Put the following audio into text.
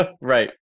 right